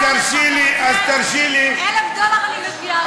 אז תרשי לי, 1,000 דולר, אני מביאה לך.